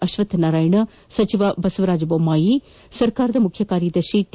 ಅಶ್ವಥ್ ನಾರಾಯಣ ಸಚಿವ ಬಸವರಾಜ ಬೊಮ್ಮಾಯಿ ಸರ್ಕಾರದ ಮುಖ್ಯ ಕಾರ್ಯದರ್ಶಿ ಟಿ